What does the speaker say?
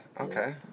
Okay